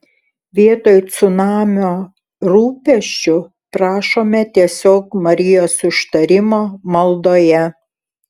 vietoj cunamio rūpesčių prašome tiesiog marijos užtarimo maldoje